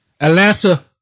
Atlanta